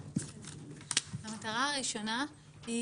המטרה הראשונה היא